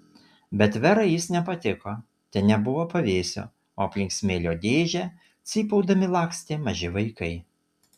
bet verai jis nepatiko ten nebuvo pavėsio o aplink smėlio dėžę cypaudami lakstė maži vaikai